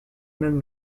même